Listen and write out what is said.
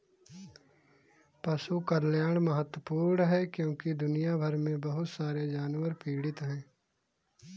पशु कल्याण महत्वपूर्ण है क्योंकि दुनिया भर में बहुत सारे जानवर पीड़ित हैं